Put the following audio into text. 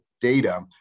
data